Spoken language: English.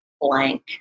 blank